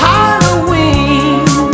Halloween